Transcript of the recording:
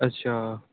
ਅੱਛਾ